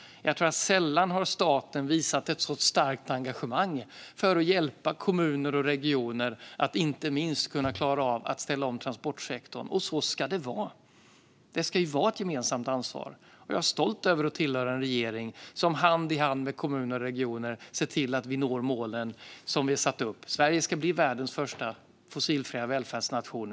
Sällan har staten visat ett så starkt engagemang för att hjälpa kommuner och regioner att klara av att ställa om transportsektorn. Så ska det också vara; detta ska vara ett gemensamt ansvar. Jag är stolt över att tillhöra en regering som hand i hand med kommuner och regioner ser till att vi når de mål som vi har satt upp. Sverige ska bli världens första fossilfria välfärdsnation.